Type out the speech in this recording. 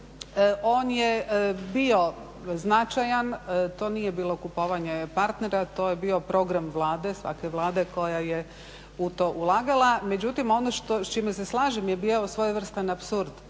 on je bio značajan, to nije bilo kupovanje partnera, to je bio program Vlade, svake Vlade koja je u to ulagala. Međutim, ono što s čime se slažem je bio svojevrstan apsurd.